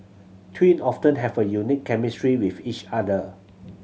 twin often have a unique chemistry with each other